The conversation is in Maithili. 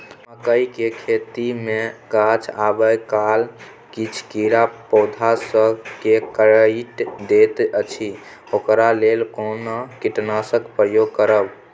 मकई के खेती मे गाछ आबै काल किछ कीरा पौधा स के काइट दैत अछि ओकरा लेल केना कीटनासक प्रयोग करब?